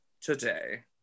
today